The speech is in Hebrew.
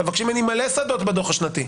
אתם מבקשים ממני מלא שדות בדו"ח השנתי.